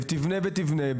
תבנה ותבנה.